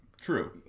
True